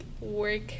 work